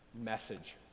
message